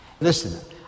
Listen